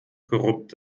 korrupt